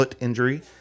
injury